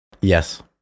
Yes